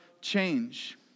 change